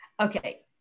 Okay